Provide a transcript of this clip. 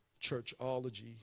Churchology